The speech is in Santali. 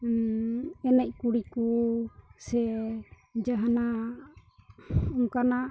ᱮᱱᱮᱡ ᱠᱩᱲᱤ ᱠᱚ ᱥᱮ ᱡᱟᱦᱟᱱᱟᱜ ᱚᱱᱠᱟᱱᱟᱜ